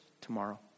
tomorrow